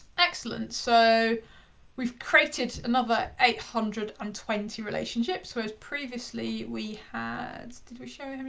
excellent, so we've created another eight hundred and twenty relationships, whereas previously we had, did we show in the.